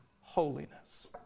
holiness